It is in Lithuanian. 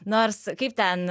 nors kaip ten